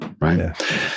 right